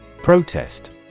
Protest